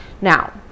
Now